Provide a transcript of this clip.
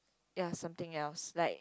ya something else like